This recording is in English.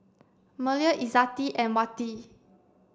Melur Izzati and Wati